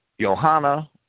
Johanna